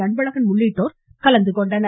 அன்பழகன் உள்ளிட்டோர் கலந்துகொண்டனர்